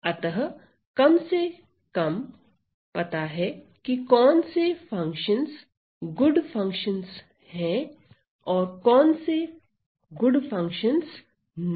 अतःकम से कम पता है कि कौन से फंक्शंस गुड फंक्शंस है और कौन से गुड फंक्शंस नहीं